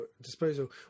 disposal